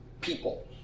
people